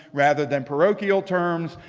rather than parochial terms.